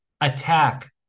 Attack